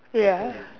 ya